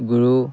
গুৰু